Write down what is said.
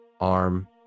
arm